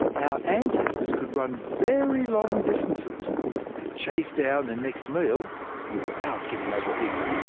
our ancestors could run very long distances to chase down their next meal without getting overheated.